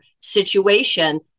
situation